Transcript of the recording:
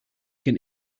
can